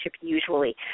usually